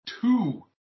Two